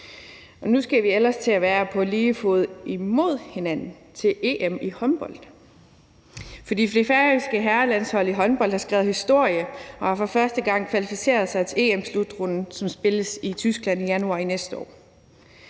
Nu skal vi ellers til at være på lige fod imod hinanden til EM i håndbold. For det færøske herrelandshold i håndbold har skrevet historie og har for første gang kvalificeret sig til EM-slutrunden, som spilles i Tyskland i januar næste år.